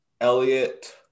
Elliot